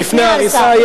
לפני ההריסה.